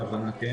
הכוונה,